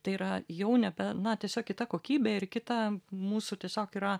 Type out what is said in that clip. tai yra jau nebe na tiesiog kita kokybė ir kita mūsų tiesiog yra